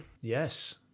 Yes